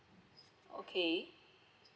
okay